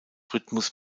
rhythmus